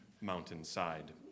mountainside